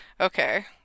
okay